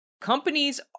companies